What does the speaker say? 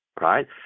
right